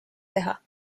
teha